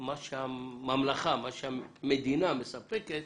מה שהמדינה מספקת